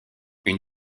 une